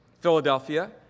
Philadelphia